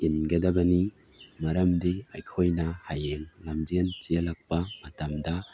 ꯏꯟꯒꯗꯕꯅꯤ ꯃꯔꯝꯗꯤ ꯑꯩꯈꯣꯏꯅ ꯍꯌꯦꯡ ꯂꯝꯖꯦꯟ ꯆꯦꯜꯂꯛꯄ ꯃꯇꯝꯗ